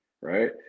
right